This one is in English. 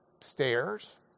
stairs